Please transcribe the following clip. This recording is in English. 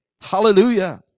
Hallelujah